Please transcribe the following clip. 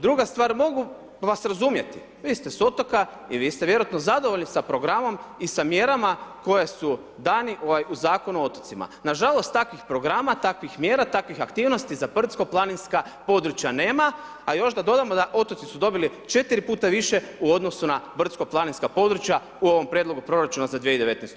Druga stvar mogu vas razumjeti vi ste s otoka i vi ste vjerojatno zadovoljni s programom i sa mjerama koje su dani ovaj u Zakonu o otocima, na žalost takvih programa, takvih mjera, takvih aktivnosti za brdsko-planinska područja nema, a još da dodamo da otoci su dobili 4 puta više u odnosu na brdsko-planinska područja u ovom prijedlogu proračuna za 2019.